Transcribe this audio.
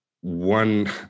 one